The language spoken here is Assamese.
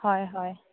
হয় হয়